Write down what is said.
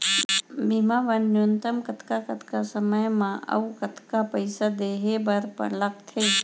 बीमा बर न्यूनतम कतका कतका समय मा अऊ कतका पइसा देहे बर लगथे